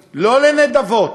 להזדמנות, לא לנדבות,